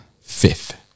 Fifth